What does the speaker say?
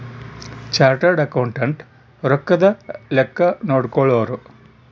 chartered accountant ರೊಕ್ಕದ್ ಲೆಕ್ಕ ನೋಡ್ಕೊಳೋರು